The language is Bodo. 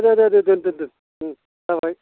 दे दे दे दोन दोन दोन ओम जाबाय